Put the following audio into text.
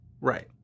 Right